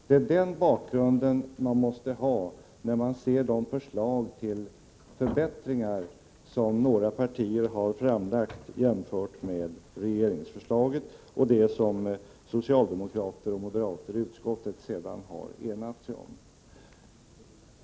Det är den bakgrunden man måste ha när man ser de förslag till förbättringar som några partier har framlagt jämfört med regeringsförslaget, det som socialdemokrater och moderater i utskottet sedan har enats om.